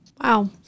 Wow